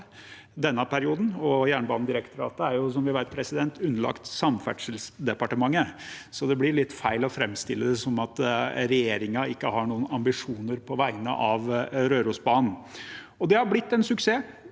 denne perioden. Jernbanedirektoratet er, som vi vet, underlagt Samferdselsdepartementet, så det blir litt feil å framstille det som at regjeringen ikke har noen ambisjoner på vegne av Rørosbanen. Det har blitt en suksess,